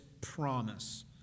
promise